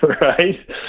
right